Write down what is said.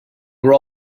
were